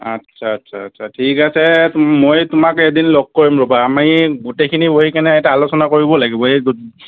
আচ্ছা আচ্ছা আচ্ছা ঠিক আছে মই তোমাক এদিন লগ কৰিম ৰ'বা আমি গোটেইখিনি বহি কিনে এটা আলোচনা কৰিব লাগিব এই গো